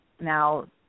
now